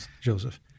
Joseph